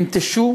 דרמטית,